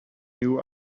new